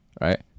Right